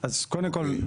אז קודם כל,